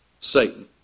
Satan